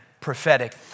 prophetic